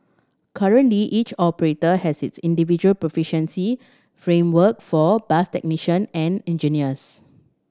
currently each operator has its individual proficiency framework for bus technician and engineers